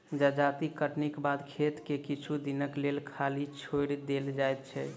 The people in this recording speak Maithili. जजाति कटनीक बाद खेत के किछु दिनक लेल खाली छोएड़ देल जाइत छै